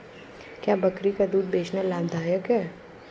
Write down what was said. क्या बकरी का दूध बेचना लाभदायक है?